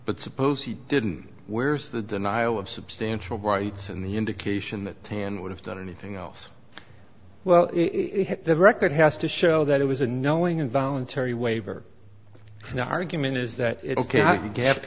but suppose he didn't where's the denial of substantial rights in the indication that hand would have done anything else well the record has to show that it was a knowing and voluntary waiver and the argument is that it's ok i guess